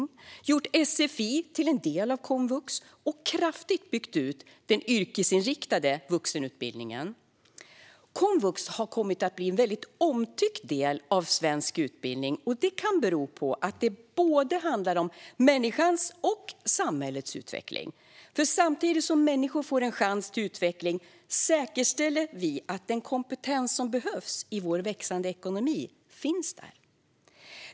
Den har gjort sfi till en del av komvux och kraftigt byggt ut den yrkesinriktade vuxenutbildningen. Komvux har kommit att bli en väldigt omtyckt del av svensk utbildning. Det kan bero på att det handlar om både människans och samhällets utveckling. Samtidigt som människor får en chans till utveckling säkerställer vi att den kompetens som behövs i vår växande ekonomi finns där.